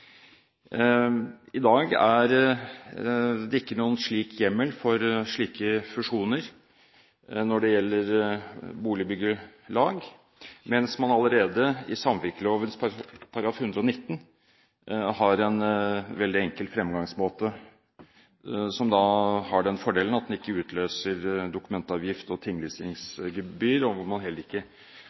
I dag er det ikke noen hjemmel for slike fusjoner når det gjelder boligbyggelag, mens man allerede i samvirkeloven § 119 har en veldig enkel fremgangsmåte som har den fordelen at den ikke utløser dokumentavgift eller tinglysningsgebyr, og at man heller ikke